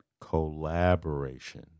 collaboration